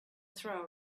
throw